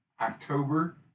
October